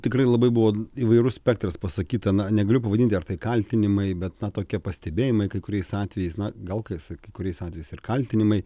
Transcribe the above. tikrai labai buvo įvairus spektras pasakyta na negaliu pavadinti ar tai kaltinimai bet na tokie pastebėjimai kai kuriais atvejais na gal kai su kai kuriais atvejais ir kaltinimai